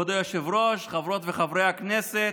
כבוד היושב-ראש, חברות וחברי הכנסת,